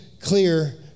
clear